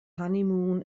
honeymoon